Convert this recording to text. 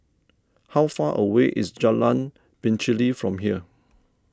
how far away is Jalan Pacheli from here